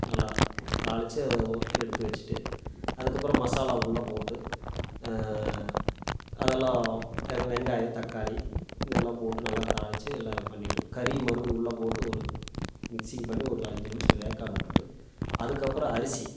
நல்லா தாளித்து எடுத்து வச்சுட்டு அதுக்கப்றம் மசாலா உள்ளேப்போட்டு அதெல்லாம் வெங்காயம் தக்காளி இதையெல்லாம் போட்டு நல்லா தாளித்து எல்லாம் பண்ணிவிட்டு கறி மறுபடியும் உள்ளேப்போட்டு ஒரு மிக்சிங் பண்ணி ஒரு அஞ்சு நிமிஷம் வேக்காடு விட்டுட்டு அதுக்கப்றம் அரிசி